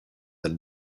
than